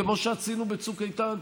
כמו שעשינו בצוק איתן,